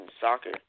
soccer